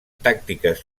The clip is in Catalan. tàctiques